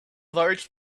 large